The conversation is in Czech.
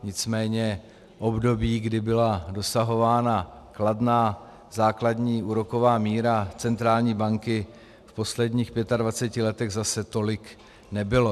Nicméně období, kdy byla dosahována kladná základní úroková míra centrální banky v posledních 25 letech, zase tolik nebylo.